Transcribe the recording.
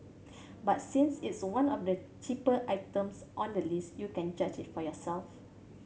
but since it's one of the cheaper items on the list you can judge it for yourself